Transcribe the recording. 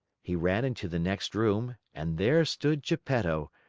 he ran into the next room, and there stood geppetto,